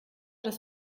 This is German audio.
das